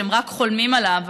שהם רק חולמים עליו,